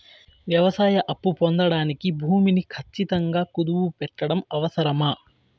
వ్యవసాయ అప్పు పొందడానికి భూమిని ఖచ్చితంగా కుదువు పెట్టడం అవసరమా?